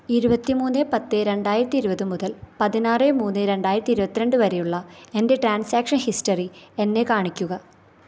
ഇരുപത്തി മൂന്ന് പത്ത് രണ്ടായിരത്തി ഇരുപത് മുതൽ പതിനാറ് മൂന്ന് രണ്ടായിരത്തി ഇരുപത്തി രണ്ട് വരെയുള്ള എൻ്റെ ട്രാൻസാക്ഷൻ ഹിസ്റ്ററി എന്നെ കാണിക്കുക